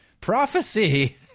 prophecy